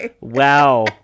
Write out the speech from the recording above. Wow